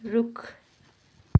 रुख